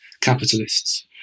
capitalists